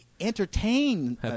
entertain